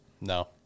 No